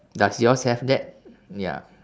does yours have that ya